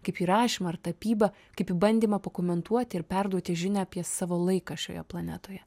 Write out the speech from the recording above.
kaip į rašymą ar tapybą kaip į bandymą pakomentuoti ir perduoti žinią apie savo laiką šioje planetoje